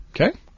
Okay